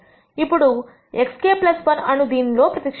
ఇప్పుడు xk 1 అను దీనిలో లో ప్రతిక్షేపించాలి